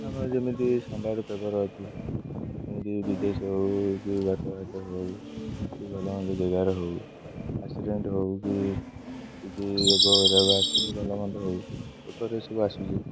ଆମର ଯେମିତି ସମ୍ବାଦ ପେପର ଅଛି ଯେମିତି ବିଦେଶ ହଉ କି ବାଟଘାଟର ହଉ କି ଭଲମନ୍ଦ ଜାଗାରେ ହଉ ଆକ୍ସିଡେଣ୍ଟ ହଉ କି କିଛି ରୋଗ ବୈରାଗ ଆସୁ କି ଭଲମନ୍ଦ ହଉ ପେପରରେ ଏସବୁ ଆସୁଛି